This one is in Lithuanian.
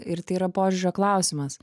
ir tai yra požiūrio klausimas